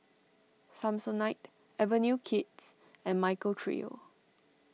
Samsonite Avenue Kids and Michael Trio